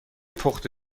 پخته